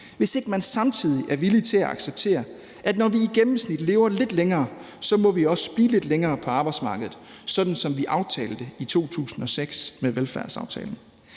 hvis ikke man samtidig er villig til at acceptere, at når vi i gennemsnit lever lidt længere, må vi også blive lidt længere på arbejdsmarkedet, sådan som vi aftalte det i 2006 med velfærdsaftalen.